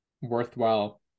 worthwhile